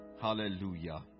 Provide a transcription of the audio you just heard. Hallelujah